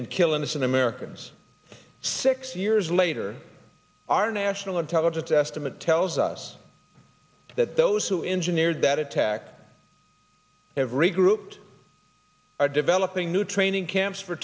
and kill innocent americans six years later our national intelligence estimate tells us that those who engineered that attack have regrouped are developing new training camps for